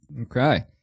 Okay